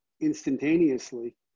instantaneously